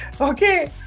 okay